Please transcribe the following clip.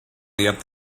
earth